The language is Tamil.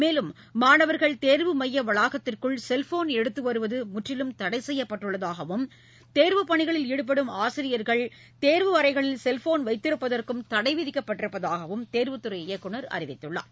மேலும் மாணவர்கள் தேர்வு மைய வளாகத்திற்குள் செல்போன் எடுத்து வருவது முற்றிலும் தடை செய்யப்பட்டுள்ளதாகவும் தேர்வுப் பணிகளில் ஈடுபடும் ஆசிரியர்கள் தேர்வு அறையில் செல்போன் வைத்திருப்பதற்கும் தடை விதிக்கப்பட்டிருப்பதாகவும் தேர்வுத்துறை இயக்குநர் அறிவித்துள்ளார்